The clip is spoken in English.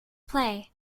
play